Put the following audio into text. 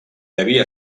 havia